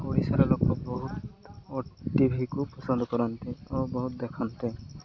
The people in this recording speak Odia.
ଓଡ଼ିଶାରେ ଲୋକ ବହୁତ ଓଟିଭିକୁ ପସନ୍ଦ କରନ୍ତି ଓ ବହୁତ ଦେଖନ୍ତି